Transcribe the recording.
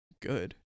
good